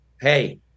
Hey